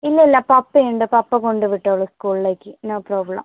ഇല്ലില്ല പപ്പയുണ്ട് പപ്പ കൊണ്ടുവിട്ടോളും സ്കൂളിലേക്ക് നോ പ്രോബ്ലം